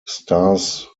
stars